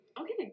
okay